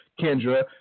Kendra